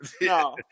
No